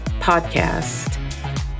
podcast